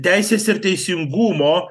teisės ir teisingumo